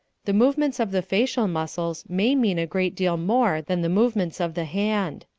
the movements of the facial muscles may mean a great deal more than the movements of the hand.